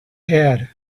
head